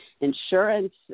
insurance